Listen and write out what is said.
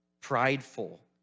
prideful